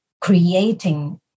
creating